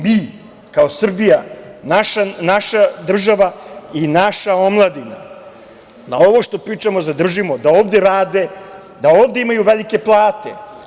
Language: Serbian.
Mi, kao Srbija, naša država i naša omladina, da ovo što pričamo zadržimo, da ovde rade, da ovde imaju velike plate.